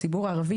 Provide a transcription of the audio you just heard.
הציבור הערבי,